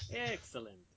Excellent